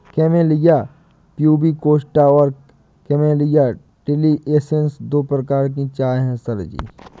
camellia pubicosta और camellia taliensis दो प्रकार की चाय है सर जी